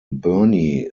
bernie